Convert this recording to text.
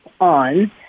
on